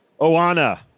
Oana